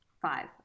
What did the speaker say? five